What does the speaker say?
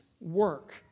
work